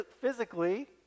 physically